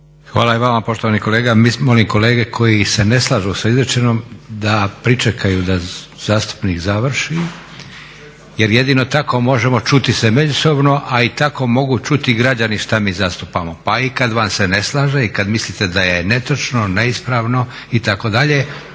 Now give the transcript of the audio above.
Hvala i vama poštovani kolega. Molim kolege koji se ne slažu sa izrečenim da pričekaju da zastupnik završi jer jedino tako možemo čuti se međusobno, a i tako mogu čuti građani što mi zastupamo. Pa i kad se ne slažete i kad mislite da je netočno, neispravno itd.